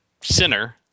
center